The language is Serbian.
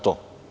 To.